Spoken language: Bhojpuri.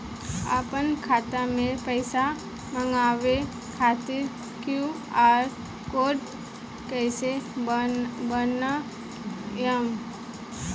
आपन खाता मे पईसा मँगवावे खातिर क्यू.आर कोड कईसे बनाएम?